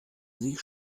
sich